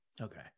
okay